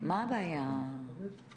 מהווה איזשהו